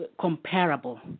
comparable